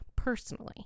Personally